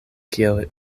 kiel